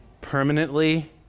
permanently